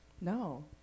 No